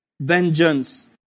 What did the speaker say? vengeance